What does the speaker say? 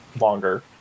longer